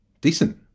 Decent